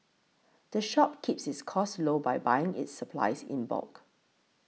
the shop keeps its costs low by buying its supplies in bulk